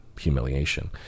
humiliation